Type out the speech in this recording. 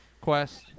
quest